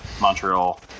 Montreal